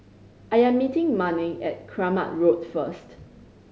I am meeting Manning at Kramat Road first